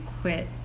quit